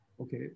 Okay